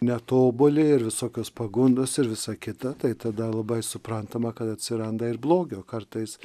netobuli ir visokios pagundos ir visa kita tai tada labai suprantama kad atsiranda ir blogio kartais